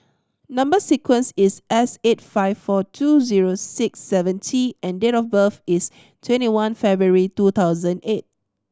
number sequence is S eight five four two zero six seven T and date of birth is twenty one February two thousand eight